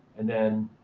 and then